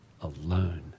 alone